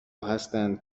هستند